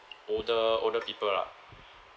older older people lah